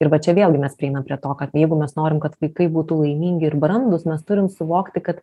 ir va čia vėlgi mes prieinam prie to kad jeigu mes norim kad vaikai būtų laimingi ir brandūs mes turim suvokti kad